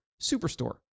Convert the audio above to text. Superstore